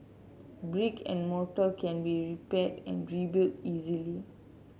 brick and mortar can be repaired and rebuilt easily